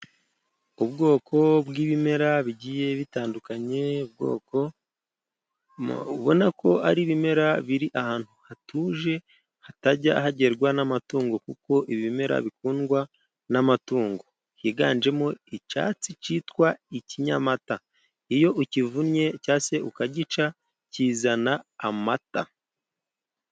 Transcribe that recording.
Ubwoko bw'ibimera bigiye bitandukanye, ubwoko ubona ko ari ibimera biri ahantu hatuje, hatajya hagenrwa n'amatungo, kuko ibimera bikundwa n'amatungo. Higanjemo icyatsi cyitwa ikinyamata, iyo ukivunnye cyangwa se ukagica, kizana amata.